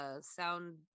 sound